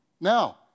Now